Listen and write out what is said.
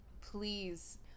please